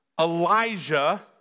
Elijah